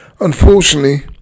Unfortunately